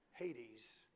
Hades